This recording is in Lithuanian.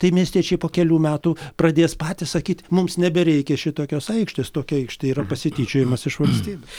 tai miestiečiai po kelių metų pradės patys sakyti mums nebereikia šitokios aikštės tokia aikštė yra pasityčiojimas iš valstybės